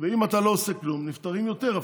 ואם אתה לא עושה כלום, נפטרים יותר.